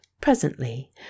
Presently